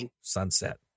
sunset